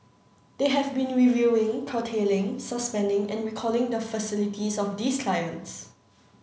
they have been reviewing curtailing suspending and recalling the facilities of these clients